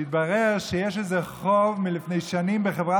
התברר שיש לה איזה חוב מלפני שנים בחברת